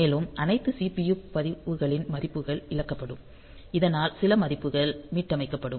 மேலும் அனைத்து CPU பதிவுகளின் மதிப்புகள் இழக்கப்படும் இதனால் சில மதிப்புகள் மீட்டமைக்கப்படும்